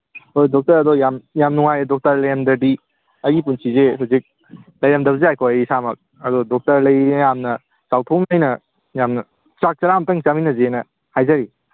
ꯍꯣꯏ ꯗꯣꯛꯇꯔ ꯑꯗꯣ ꯌꯥꯝ ꯌꯥꯝ ꯅꯨꯡꯉꯥꯏ ꯗꯣꯛꯇꯔ ꯂꯩꯔꯝꯗ꯭ꯔꯗꯤ ꯑꯩꯒꯤ ꯄꯨꯟꯁꯤꯁꯦ ꯍꯧꯖꯤꯛ ꯂꯩꯔꯝꯗꯕꯁꯨ ꯌꯥꯏꯀꯣ ꯑꯩ ꯏꯁꯥꯃꯛ ꯑꯗꯨ ꯗꯣꯛꯇꯔ ꯂꯩꯔꯤ ꯌꯥꯝꯅ ꯆꯥꯎꯊꯣꯛꯅ ꯑꯩꯅ ꯌꯥꯝꯅ ꯆꯥꯛ ꯆꯔꯥ ꯑꯝꯇꯪ ꯆꯥꯃꯤꯟꯅꯁꯦꯅ ꯍꯥꯏꯖꯔꯤ